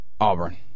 Auburn